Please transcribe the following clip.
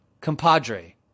compadre